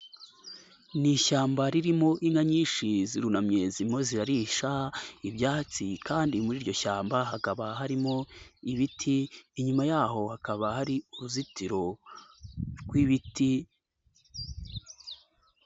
Ni ishyamba ririmo inka nyinshi zirunamye zirimo zirarisha ibyatsi kandi muri iryo shyamba hakaba harimo ibiti, inyuma yaho hakaba hari uruzitiro rw'ibiti.